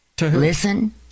Listen